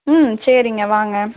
ம் சரிங்க வாங்க